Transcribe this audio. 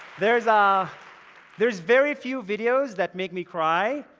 there's ah there's very few videos that make me cry,